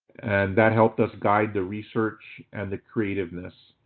that helped us guide the research and the creativeness.